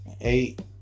eight